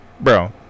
Bro